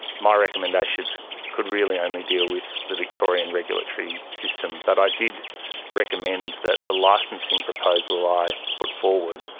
my recommendations could really only deal with the victorian regulatory system. but i did recommend that the licensing proposal i put forward,